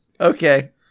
Okay